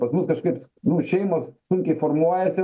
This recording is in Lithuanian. pas mus kažkaip nu šeimos sunkiai formuojasi